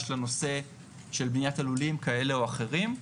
לנושא של בניית הלולים כאלה או אחרים.